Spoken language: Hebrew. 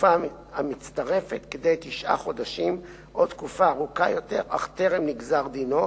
לתקופה המצטרפת כדי תשעה חודשים או לתקופה ארוכה יותר אך טרם נגזר דינו,